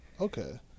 Okay